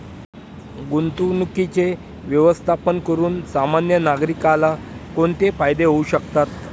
गुंतवणुकीचे व्यवस्थापन करून सामान्य नागरिकाला कोणते फायदे होऊ शकतात?